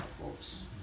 folks